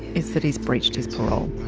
is that he's breached his parole.